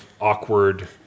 awkward